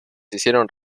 hicieron